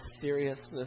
seriousness